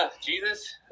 Jesus